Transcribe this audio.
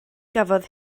gafodd